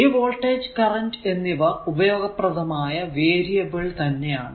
ഈ voltage current എന്നിവ ഉപയോഗപ്രദമായ വേരിയബിൾ തന്നെ ആണ്